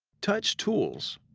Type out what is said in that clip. touch tools.